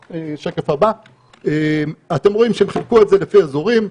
בשקף הבא אתם רואים שהם חילקו את זה לפי אזורים,